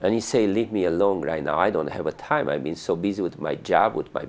and you say leave me alone right now i don't have a time i've been so busy with my job with my